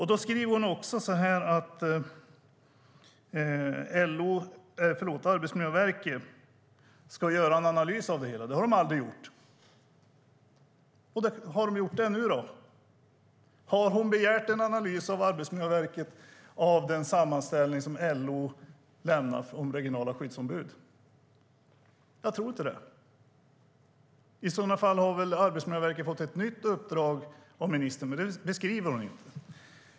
Hon säger också att Arbetsmiljöverket ska göra en analys av det hela. Det har verket aldrig gjort. Har de gjort det nu, då? Har hon begärt en analys från Arbetsmiljöverket av den sammanställning som LO lämnat om regionala skyddsombud? Jag tror inte det. I så fall har Arbetsmiljöverket fått ett nytt uppdrag av ministern, men det skriver hon inte.